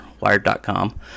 wired.com